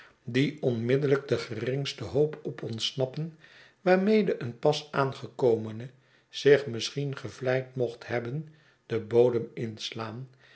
die onmiddellijk de geringste hoop op ontsnappen waarmede een pas aangekomene zich misschien gevleid mocht hebben den bodem inslaan